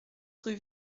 rue